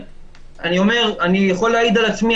אני יכול להעיד על עצמי,